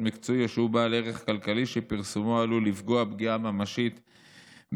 מקצועי או שהוא בעל ערך כלכלי שפרסומו עלול לפגוע פגיעה ממשית בערכו,